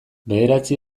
bederatzi